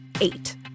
eight